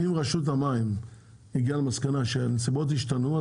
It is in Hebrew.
אם רשות המים הגיע למסקנה שהנסיבות השתנו,